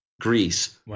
Greece